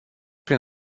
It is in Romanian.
prin